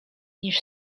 niż